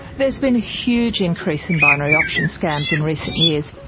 there's been a huge increase in binary options scams in recent years.